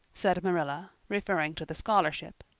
said marilla, referring to the scholarship.